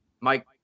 Mike